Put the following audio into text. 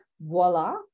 voila